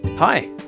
Hi